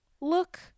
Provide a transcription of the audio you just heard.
look